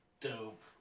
dope